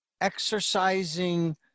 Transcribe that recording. Exercising